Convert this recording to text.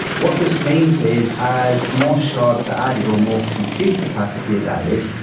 what this means is as more shards are added or more compute capacity is added,